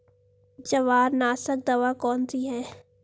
जवारनाशक दवा कौन सी है?